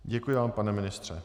Děkuji vám, pane ministře.